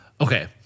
Okay